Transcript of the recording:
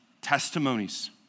testimonies